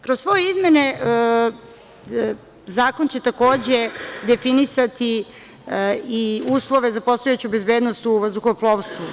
Kroz ove izmene zakon će, takođe, definisati i uslove za postojeću bezbednost u vazduhoplovstvu.